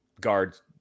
guards